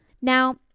Now